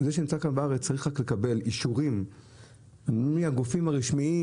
זה שנמצא כאן בארץ צריך רק לקבל אישורים מהגופים הרשמיים,